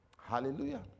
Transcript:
Hallelujah